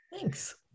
Thanks